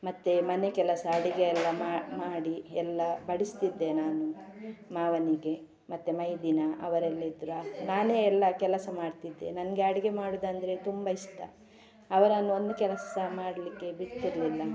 ಮತ್ತು ಮನೆ ಕೆಲಸ ಅಡುಗೆ ಎಲ್ಲ ಮಾಡಿ ಮಾಡಿ ಎಲ್ಲ ಬಡಿಸ್ತಿದ್ದೆ ನಾನು ಮಾವನಿಗೆ ಮತ್ತೆ ಮೈದಿನ ಅವರೆಲ್ಲ ಇದ್ರೆ ನಾನೇ ಎಲ್ಲ ಕೆಲಸ ಮಾಡ್ತಿದ್ದೆ ನನಗೆ ಅಡುಗೆ ಮಾಡೋದೆಂದ್ರೆ ತುಂಬ ಇಷ್ಟ ಅವರನ್ನು ಒಂದು ಕೆಲಸ ಸಹ ಮಾಡಲಿಕ್ಕೆ ಬಿಡ್ತಿರಲಿಲ್ಲ